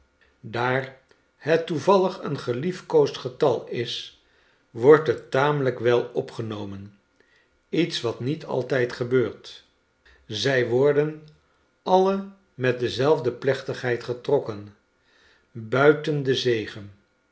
daar het toevallig een geliefkoosd getal is wordt het tamelijk wel opgenomen iets waj niet altijd gebeurt zij worden alle met dezelfde plechtigheid getrokken buiten den zegen